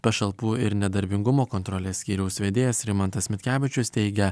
pašalpų ir nedarbingumo kontrolės skyriaus vedėjas rimantas mitkevičius teigia